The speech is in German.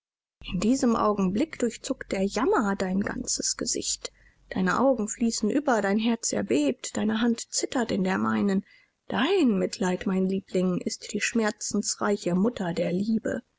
in diesem augenblick durchzuckt der jammer dein ganzes gesicht deine augen fließen über dein herz erbebt deine hand zittert in der meinen dein mitleid mein liebling ist die schmerzensreiche mutter der liebe